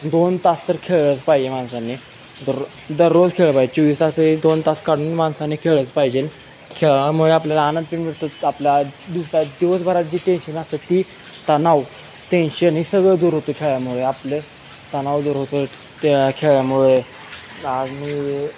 दोन तास तर खेळलंच पाहिजे माणसांनी दररो दररोज खेळलं पाहिजे चोवीस तासातले दोन तास काढून माणसाने खेळलंच पाहिजे खेळामुळे आपल्याला आनंद बी मिळतो आपल्या दिवसात दिवसभरात जी टेन्शन असतं ती तनाव टेन्शन हे सगळं दूर होतं खेळामुळे आपलं तणाव दूर होतो त्या खेळामुळे आणि